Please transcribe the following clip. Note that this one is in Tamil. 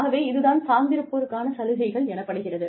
ஆகவே இது தான் சார்ந்திருப்போருக்கான சலுகைகள் எனப்படுகிறது